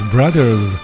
Brothers